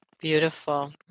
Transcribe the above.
Beautiful